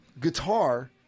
guitar